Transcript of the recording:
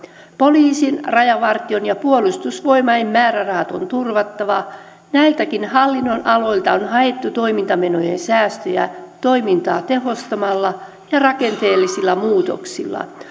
poliisin rajavartioston ja puolustusvoimain määrärahat on turvattava näiltäkin hallinnonaloilta on haettu toimintamenojen säästöjä toimintaa tehostamalla ja rakenteellisilla muutoksilla